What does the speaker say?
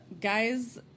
Guys